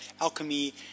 alchemy